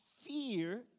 fear